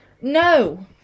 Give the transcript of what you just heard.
No